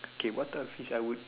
okay what type of fish I would